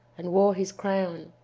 and wore his crown.